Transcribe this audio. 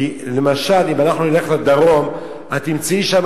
כי למשל אם אנחנו נלך לדרום את תמצאי שם,